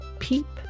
peep